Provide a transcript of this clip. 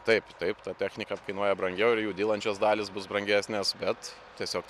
taip taip ta technika kainuoja brangiau ir jų dylančios dalys bus brangesnės bet tiesiog